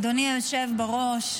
אדוני היושב בראש,